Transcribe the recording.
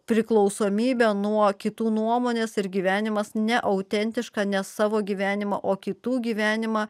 priklausomybė nuo kitų nuomonės ir gyvenimas ne autentišką ne savo gyvenimą o kitų gyvenimą